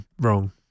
wrong